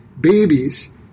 babies